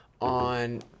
on